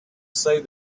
say